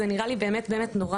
זה נראה לי באמת נורא.